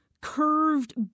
curved